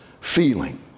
feeling